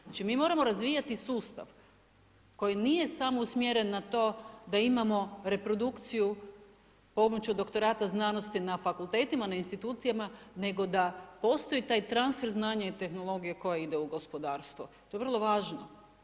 Znači mi moramo razvijati sustav koji nije samo usmjeren na to da imamo reprodukciju pomoću doktorata znanosti na fakultetima, na institucijama, nego da postoji da transfer znanja i tehnologija koje ide u gospodarstvo, to je vrlo važno.